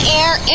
air